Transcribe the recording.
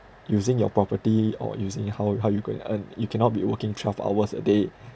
using your property or using how how you going to earn you cannot be working twelve hours a day